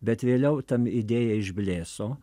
bet vėliau ten idėja išblėso